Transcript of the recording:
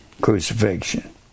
crucifixion